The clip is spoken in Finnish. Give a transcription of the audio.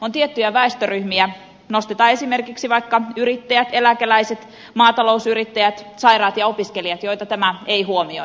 on tiettyjä väestöryhmiä nostetaan esimerkiksi vaikka yrittäjät eläkeläiset maatalousyrittäjät sairaat ja opiskelijat joita tämä ei huomioi